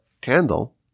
candle